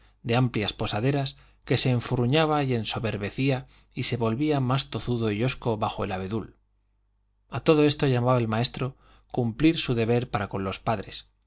de amplias posaderas que se enfurruñaba y ensoberbecía y se volvía más tozudo y hosco bajo el abedul a todo esto llamaba el maestro cumplir su deber para con los padres